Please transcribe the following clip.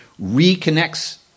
reconnects